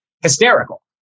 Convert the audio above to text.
hysterical